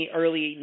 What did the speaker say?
early